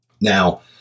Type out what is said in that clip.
Now